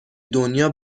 دنیا